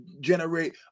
generate